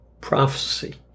prophecy